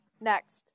Next